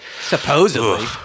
Supposedly